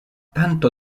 tanto